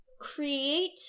Create